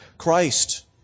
Christ